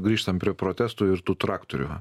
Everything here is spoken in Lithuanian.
grįžtam prie protestų ir tų traktorių